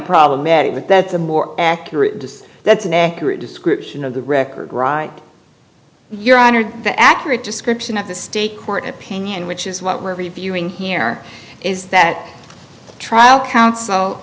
problematic but that's a more accurate that's an accurate description of the record right your honor the accurate description of the state court opinion which is what we're reviewing here is that trial counsel